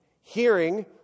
Hearing